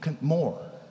more